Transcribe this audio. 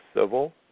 civil